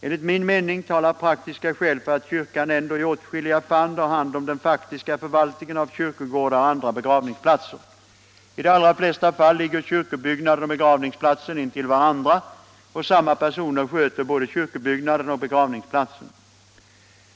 Enligt min mening talar praktiska skäl för att kyrkan ändå i åtskilliga fall har hand om den faktiska förvaltningen av kyrkogårdar och andra begravningsplatser. I de allra flesta fall ligger kyrkobyggnaden och begravningsplatsen intill varandra och samma personer sköter både kyrkobyggnaden och begravningsplatsen.